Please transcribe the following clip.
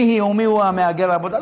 מיהי או מיהו מהגר העבודה.